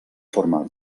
forma